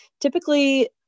Typically